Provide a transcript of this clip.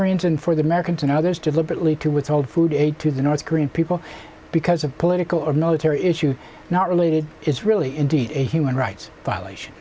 koreans and for the americans and others deliberately to withhold food aid to the north korean people because of political or military issue not related is really indeed a human rights violation